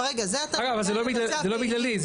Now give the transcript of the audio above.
אבל זה לא בגללי,